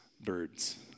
birds